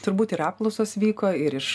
turbūt ir apklausos vyko ir iš